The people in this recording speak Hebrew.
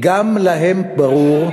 גם להם ברור,